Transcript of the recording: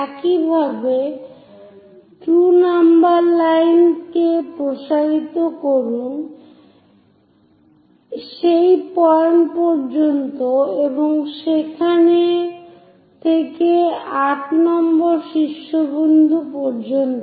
একইভাবে 2 নম্বর লাইন কে প্রসারিত করুন সেই পয়েন্ট পর্যন্ত এবং সেখান থেকে 8 নম্বর শীর্ষবিন্দু পর্যন্ত